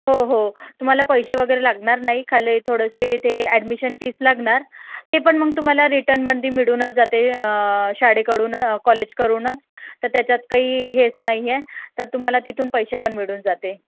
हो हो तुम्हाला पैसे वगैरे लागणार नाही खाली थोडेसे ते ॲडमिशन फीस लागणार ती पण मग तुम्हाला रिटर्नमंधी मिळूनच जाते शाळेकडून कॉलेजकडूनच तर त्याच्यात काही हेच नाही आहे तर तुम्हाला तिथून पैसे पण मिळून जाते